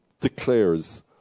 declares